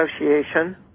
Association